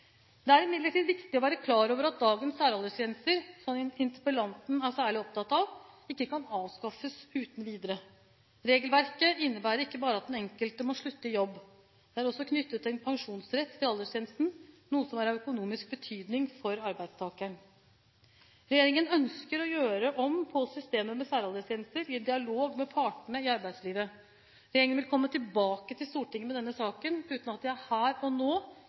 Det er imidlertid viktig å være klar over at dagens særaldersgrenser, som interpellanten er særlig opptatt av, ikke kan avskaffes uten videre. Regelverket innebærer ikke bare at den enkelte må slutte i jobb. Det er også knyttet en pensjonsrett til aldersgrensen, noe som er av økonomisk betydning for arbeidstakeren. Regjeringen ønsker å gjøre om på systemet med særaldersgrenser i dialog med partene i arbeidslivet. Regjeringen vil komme tilbake til Stortinget med denne saken, uten at jeg her og nå